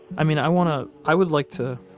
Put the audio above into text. i mean, i want to i would like to